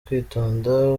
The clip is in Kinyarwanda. kwitonda